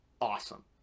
awesome